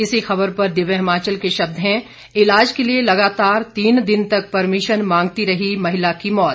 इसी खबर पर दिव्य हिमाचल के शब्द हैं इलाज के लिए लगातार तीन दिन तक परमिशन मांगती रही महिला की मौत